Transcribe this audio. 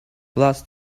last